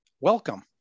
Welcome